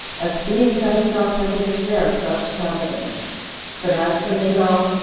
as being thyself under the care of god's providence but as for nabal,